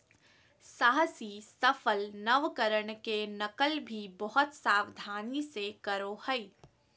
साहसी सफल नवकरण के नकल भी बहुत सावधानी से करो हइ